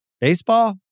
Baseball